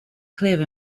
clear